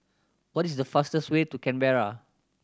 what is the fastest way to Canberra